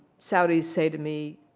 saudis say to me,